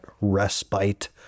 respite